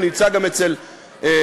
הוא נמצא גם אצל פיני,